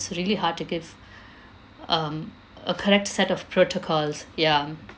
it's really hard to give um a correct set of protocols ya